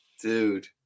dude